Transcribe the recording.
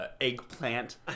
eggplant